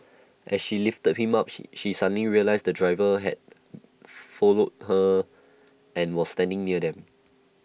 as she lifted him up she she suddenly realised the driver had followed her and was standing near them